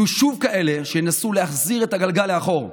יהיו שוב כאלה שינסו להחזיר את הגלגל לאחור,